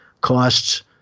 costs